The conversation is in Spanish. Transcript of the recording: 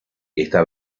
esta